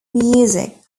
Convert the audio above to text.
music